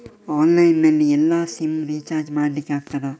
Online ನಲ್ಲಿ ಎಲ್ಲಾ SIM ಗೆ ರಿಚಾರ್ಜ್ ಮಾಡಲಿಕ್ಕೆ ಆಗ್ತದಾ?